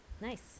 nice